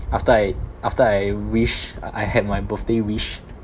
after I after I wish I I had my birthday wish